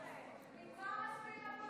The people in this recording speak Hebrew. של שרן השכל על חשבון צרכני הקנביס,